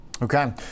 Okay